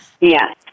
Yes